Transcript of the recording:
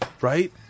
right